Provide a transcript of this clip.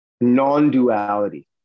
non-duality